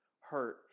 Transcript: hurt